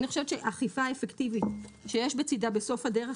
אני חושבת שאכיפה אפקטיבית שיש בצידה בסוף הדרך